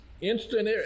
instant